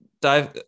dive